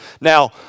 Now